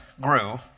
grew